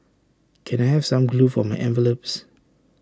can I have some glue for my envelopes